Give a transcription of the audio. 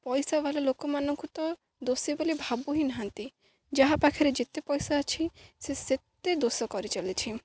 ପଇସାବାଲା ଲୋକମାନଙ୍କୁ ତ ଦୋଷୀ ବୋଲି ଭାବୁ ହି ନାହାନ୍ତି ଯାହା ପାଖରେ ଯେତେ ପଇସା ଅଛି ସେ ସେତେ ଦୋଷ କରି ଚାଲିଛି